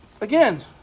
Again